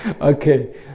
Okay